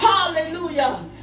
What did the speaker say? Hallelujah